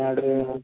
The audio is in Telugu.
ఈనాడు